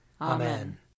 Amen